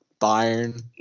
Bayern